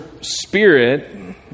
spirit